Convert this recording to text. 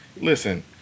listen